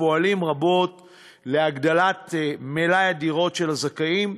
פועלים רבות להגדלת מלאי הדירות של הזכאים,